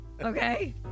Okay